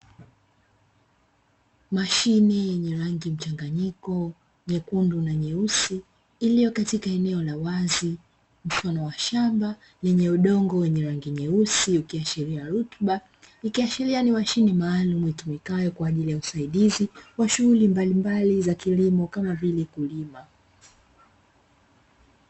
Mashine yenye rangi mchanganyiko nyekundu na nyeusi iliyo katika eneo la wazi mfano wa shamba lenye udongo wenye rangi nyeusi ikiashiria rutuba, ikiashiria ni mashine maalumu itumikayo kwa ajili ya msaidizi wa shughuli mbalimbali za kilimo kama vile kulima.